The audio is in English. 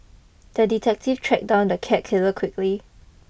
the detective tracked down the cat killer quickly